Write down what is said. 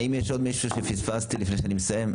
האם יש עוד מישהו שפספסתי לפני אני מסיים?